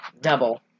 double